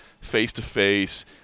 face-to-face